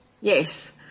Yes